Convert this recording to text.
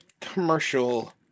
commercial